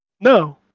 No